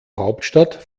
hauptstadt